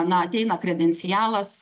na ateina kredencialas